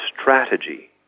Strategy